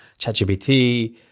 ChatGPT